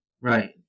Right